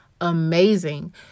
amazing